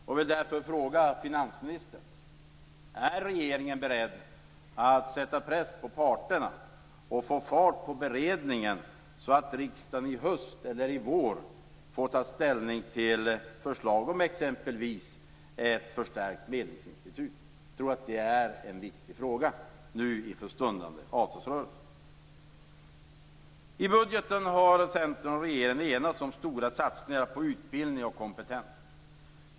Jag vill därför fråga finansministern: Är regeringen beredd att sätta press på parterna och få fart på beredningen så att riksdagen i höst eller i vår får ta ställning till förslag om exempelvis ett förstärkt medlingsinstitut? Jag tror att det är en viktig fråga nu inför stundande avtalsrörelse. I budgeten har Centern och regeringen enats om stora satsningar på utbildning och kompetens.